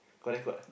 kau record eh